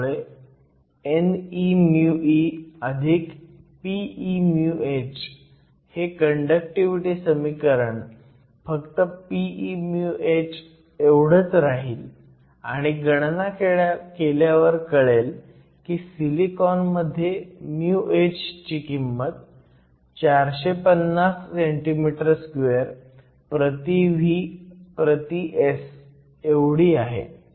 त्यामुळे n e μe p e μh हे conductivity समीकरण फक्त p e μh एवढंच राहील आणि गणना केल्यावर कळेल की सिलिकॉन मध्ये μh ची किंमत 450 cm2 v 1 s 1 एवढी आहे